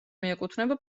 მიეკუთვნება